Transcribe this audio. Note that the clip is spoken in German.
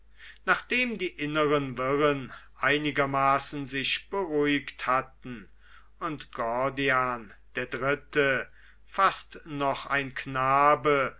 nachdem die inneren wirren einigermaßen sich beruhigt hatten und gordian iii fast noch ein knabe